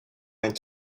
went